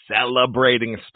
celebrating